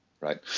right